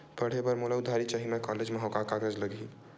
पढ़े बर मोला उधारी चाही मैं कॉलेज मा हव, का कागज लगही?